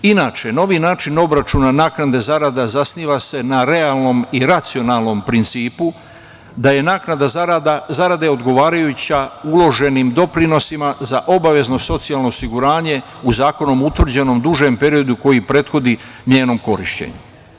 Inače, novi način obračuna naknada zarada zasniva se na realnom i racionalnom principu da je naknada zarade odgovarajuća uloženim doprinosima za obavezno socijalno osiguranje u zakonom utvrđenom dužem periodu koji prethodi njenom korišćenju.